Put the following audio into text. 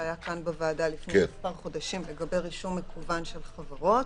שהיה כאן בוועדה לפני מספר חודשים לגבי רישום מקוון של חברות,